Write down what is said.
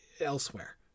elsewhere